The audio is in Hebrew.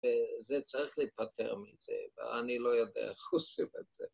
‫וזה צריך להיפטר מזה, ‫ואני לא יודע איך עושים את זה.